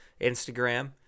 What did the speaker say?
Instagram